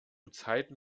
zeiten